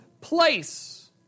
place